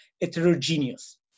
heterogeneous